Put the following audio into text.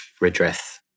redress